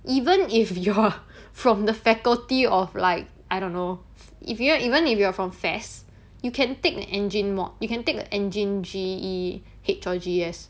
even if you're from the faculty of like I don't know if you're even if you are from F_A_S_S you can take an engine mod you can take the engine G_E_H or G_E_S